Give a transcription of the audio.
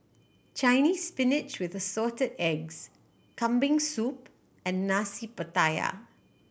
Chinese Spinach with the Assorted Eggs Kambing Soup and Nasi Pattaya